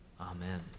amen